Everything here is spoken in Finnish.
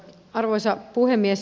arvoisa puhemies